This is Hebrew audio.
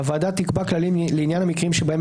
הוועדה תקבע כללים לעניין המקרים שבהם